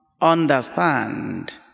understand